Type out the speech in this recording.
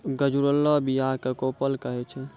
गजुरलो बीया क कोपल कहै छै